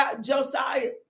Josiah